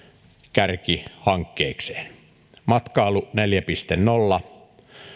kärkihankkeekseen matkailu neljä piste nolla